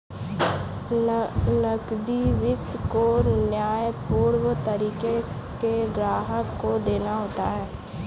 नकदी वित्त को न्यायपूर्ण तरीके से ग्राहक को देना होता है